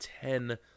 ten